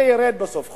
זה ירד בסוף חודש,